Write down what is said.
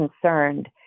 concerned